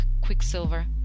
quicksilver